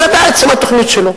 זו בעצם התוכנית שלו.